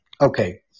Okay